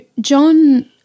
John